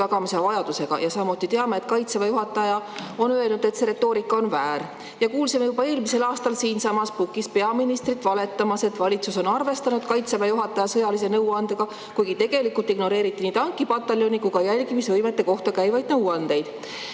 tagada julgeolek. Samuti teame, et Kaitseväe juhataja on öelnud, et see retoorika on väär. Kuulsime juba eelmisel aastal siinsamas pukis peaministrit valetamas, et valitsus on arvestanud Kaitseväe juhataja sõjalise nõuandega. Tegelikult ignoreeriti nii tankipataljoni kui ka jälgimisvõimete kohta käivaid nõuandeid. Meedias